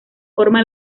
forma